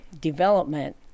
development